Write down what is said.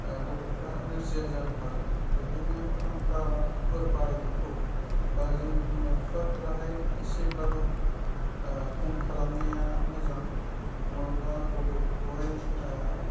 गथ'फोरा नोरजिया जानो हागौ बेखायनो फांखाफोर बाहायनायखौ बा जों बिमा बिफाफोराहाय एसेब्लाबो खम खालामनाया मोजां नङाब्ला गथ'फोरखौहाय